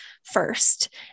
First